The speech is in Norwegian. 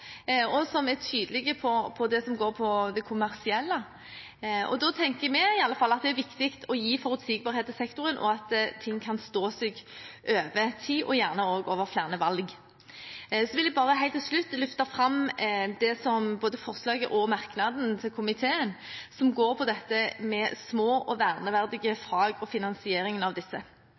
opp, og som er tydelig på det som går på det kommersielle. Da tenker vi i alle fall at det er viktig å gi sektoren forutsigbarhet, og at ting kan stå seg over tid – gjerne også over flere valg. Så vil jeg helt til slutt bare løfte fram både forslaget til vedtak og merknaden til komiteen som går på dette med små og verneverdige fag og finansieringen av